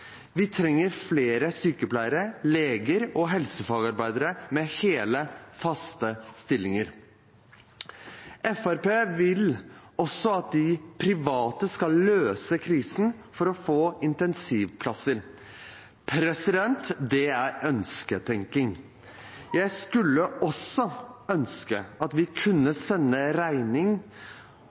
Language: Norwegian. Vi trenger flere sykepleiere, leger og helsefagarbeidere med hele, faste stillinger. Fremskrittspartiet vil også at de private skal løse krisen for å få intensivplasser. Det er ønsketenkning. Jeg skulle også ønske at vi kunne sende en regning